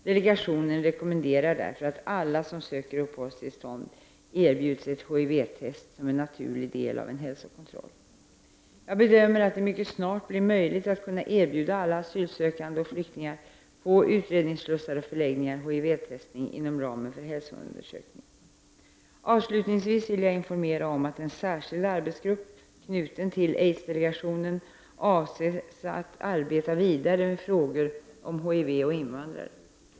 Delegationen rekommenderar därför att alla som söker uppehållstillstånd erbjuds ett HIV-test som en naturlig del av en hälsokontroll. Jag bedömer att det mycket snart blir möjligt att erbjuda alla asylsökande och flyktingar på utredningsslussar och förläggningar HIV-testning inom ramen för hälsoundersökningen. Avslutningsvis vill jag informera om att en särskild arbetsgrupp knuten till aids-delegationen avses att arbeta vidare med frågor om HIV och invandrare.